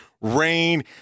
rain